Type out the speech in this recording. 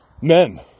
Men